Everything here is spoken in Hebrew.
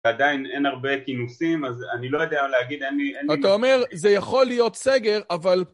עדיין אין הרבה כינוסים, אז אני לא יודע להגיד, אני... אתה אומר, זה יכול להיות סגר, אבל...